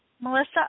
Melissa